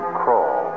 crawl